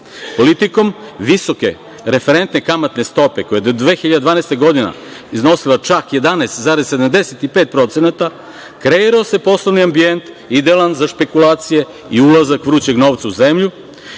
Politikom visoke referentne kamatne stope, koja je do 2012. godine iznosila čak 11,75%, kreirao se poslovni ambijent idealan za špekulacije i ulazak vrućeg novca u zemlju,